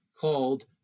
called